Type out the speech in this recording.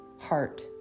heart